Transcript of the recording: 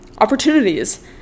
opportunities